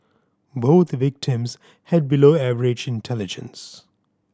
both victims had below average intelligence